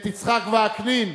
את יצחק וקנין,